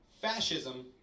fascism